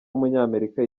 w’umunyamerika